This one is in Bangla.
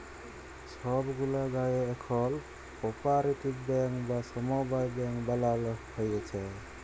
ছব গুলা গায়েঁ এখল কপারেটিভ ব্যাংক বা সমবায় ব্যাংক বালালো হ্যয়েছে